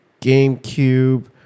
GameCube